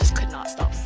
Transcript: could not stop